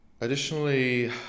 Additionally